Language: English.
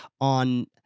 on